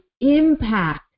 impact